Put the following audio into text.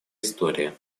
история